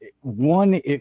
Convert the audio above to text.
one